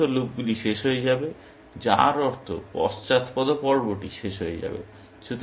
এই সমস্ত লুপগুলি শেষ হয়ে যাবে যার অর্থ পশ্চাৎপদ পর্বটি শেষ হয়ে যাবে